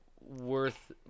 worth